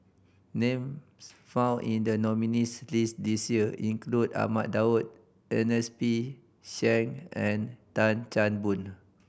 names found in the nominees' list this year include Ahmad Daud Ernest P Shank and Tan Chan Boon